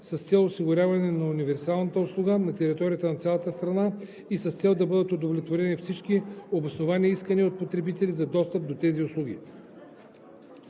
с цел осигуряване на универсалната услуга на територията на цялата страна и с цел да бъдат удовлетворени всички обосновани искания от потребители за достъп до тези услуги.